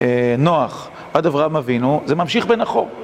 נח, עד אברהם אבינו, זה ממשיך בנחור.